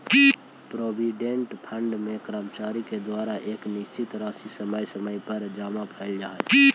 provident fund में कर्मचारि के द्वारा एक निश्चित राशि समय समय पर जमा कैल जा हई